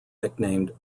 nicknamed